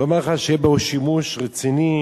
לומר לך שיהיה בו שימוש רציני